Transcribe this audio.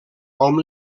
hom